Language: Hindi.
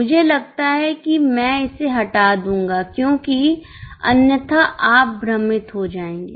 मुझे लगता है कि मैं इसे हटा दूंगा क्योंकि अन्यथा आप भ्रमित हो जाएंगे